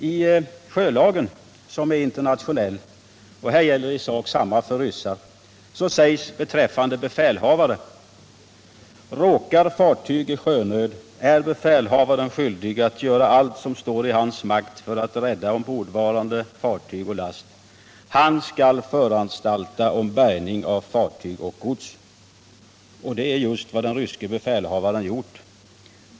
I sjölagen — som är internationell och där det för ryssar gäller i sak detsamma — sägs beträffande befälhavare: ”Råkar fartyg i sjönöd, är befälhavaren skyldig att göra allt som står i hans makt för att rädda ombordvarande, fartyg och last. Han skall föranstalta om bärgning av fartyg och gods.” Och det är just vad den ryske befälhavaren gjort.